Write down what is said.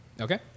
Okay